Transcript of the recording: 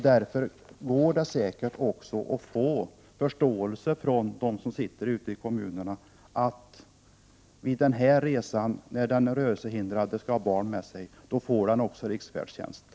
Det går säkert också att få förståelse ute i kommunerna för att den rörelsehindrade får riksfärdtjänst vid en resa när han skall ha barn med sig.